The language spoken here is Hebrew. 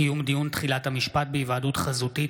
(קיום דיון תחילת המשפט בהיוועדות חזותית),